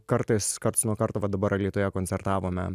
kartais karts nuo karto va dabar alytuje koncertavome